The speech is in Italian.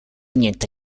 niente